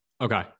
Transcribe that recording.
Okay